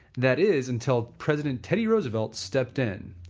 that is until president teddy roosevelt stepped in.